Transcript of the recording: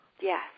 Yes